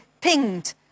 pinged